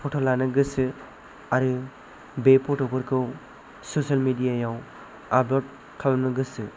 फट' लानो गोसो आरो बे फट' फोरखौ ससियेल मिडिया आव आपल'ड खालामनो गोसो